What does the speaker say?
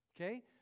Okay